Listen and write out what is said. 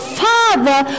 father